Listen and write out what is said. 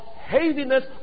heaviness